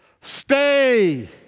Stay